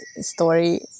story